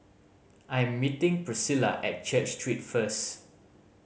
I am meeting Priscila at Church Street first